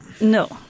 No